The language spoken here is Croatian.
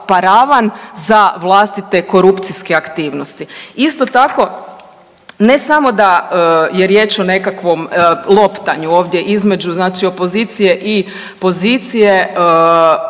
paravan za vlastite korupcijske aktivnosti. Isto tako, ne samo da je riječ o nekakvom loptanju ovdje između znači opozicije i pozicije,